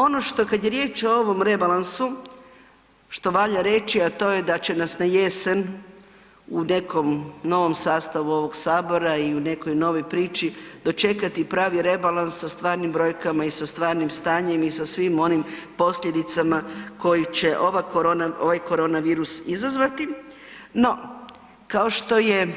Ono što, kad je riječ o ovom rebalansu, što valja reći, a to je da će nas na jesen u nekom novom sastavu ovog Sabora i u nekoj novoj priči dočekati pravi rebalans sa stvarnim brojkama i sa stvarnim stanjem i sa svim onim posljedicama koju će ovaj koronavirus izazvati, no, kao što je